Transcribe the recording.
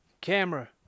camera